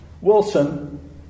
Wilson